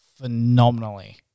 phenomenally